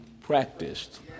practiced